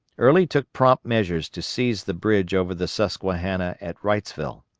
early took prompt measures to seize the bridge over the susquehanna at wrightsville.